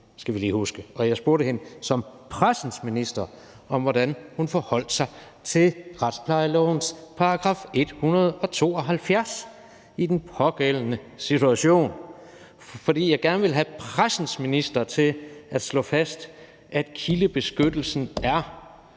om, hvordan hun som pressens minister forholdt sig til retsplejelovens § 172 i den pågældende situation, fordi jeg gerne ville have pressens minister til at slå fast, at kildebeskyttelsen er